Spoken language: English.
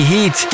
Heat